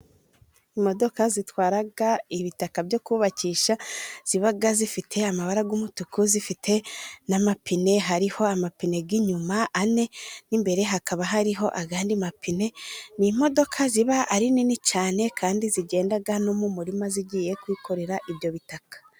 Imodoka zitwara ibitaka byo kubakisha, ziba zifite amabara y'umutuku, zifite n'amapine, hariho amapine y'inyuma ane, n'imbere hakaba hariho andi mapine, ni imodoka ziba ari nini cyane, kandi zigenda no mu murima, zigiye kwikorera ibyo bitaka.